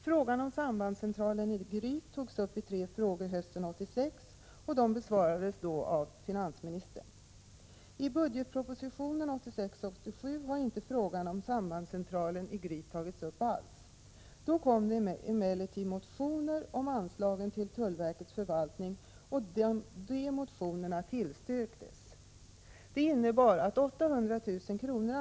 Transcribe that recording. Frågan om sambandscentralen i Gryt togs uppi tre frågor hösten 1986, och de besvarades då av finansministern. I budgetpropositionen 1986/87 har inte frågan om sambandscentralen i Gryt tagits upp alls. Då kom det emellertid motioner om anslagen till tullverkets förvaltning, och de motionerna tillstyrktes. Det innebar att 800 000 kr.